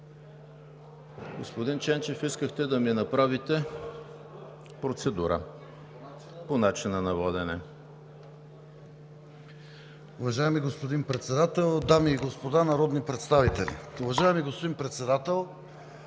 Господин Ченчев, искахте да ми направите процедура по начина на водене. ИВАН ЧЕНЧЕВ (БСП за България): Уважаеми господин Председател, дами и господа народни представители! Уважаеми господин Председател,